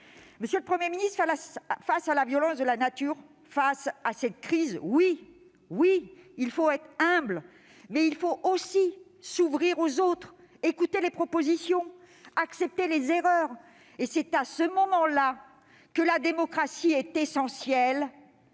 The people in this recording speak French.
Monsieur le Premier ministre, face à la violence de la nature, face à cette crise, oui, il faut être humble, mais il faut aussi s'ouvrir aux autres, écouter les propositions, admettre ses erreurs. C'est à ce moment-là que la démocratie est essentielle.